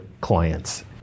clients